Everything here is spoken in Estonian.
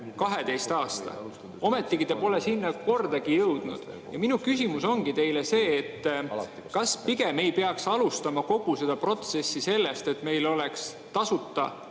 12 aasta. Ometigi te pole sinnani kordagi jõudnud. Minu küsimus ongi see: kas pigem ei peaks alustama kogu seda protsessi sellest, et meil oleks tasuta